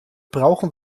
brauchen